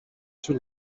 too